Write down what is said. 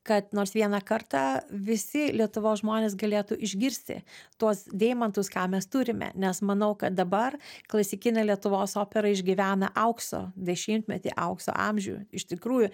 kad nors vieną kartą visi lietuvos žmonės galėtų išgirsti tuos deimantus ką mes turime nes manau kad dabar klasikinė lietuvos opera išgyvena aukso dešimtmetį aukso amžių iš tikrųjų